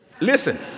listen